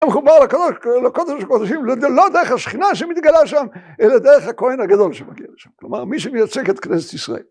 ‫אנחנו באים לקודש הקודשים ‫לא דרך השכינה שמתגלה שם, ‫אלא דרך הכוהן הגדול שמגיע לשם. ‫כלומר, מי שמייצג את כנסת ישראל.